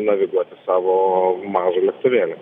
naviguoti savo mažą lėktuvėlį